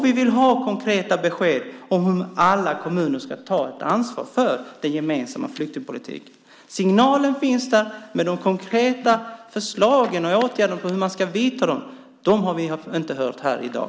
Vi vill ha konkreta besked om hur alla kommuner ska ta ansvar för den gemensamma flyktingpolitiken. Signalen finns där, men de konkreta förslagen om åtgärder, hur man ska vidta dem, har vi inte fått i dag.